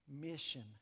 mission